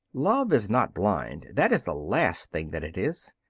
love is not blind that is the last thing that it is.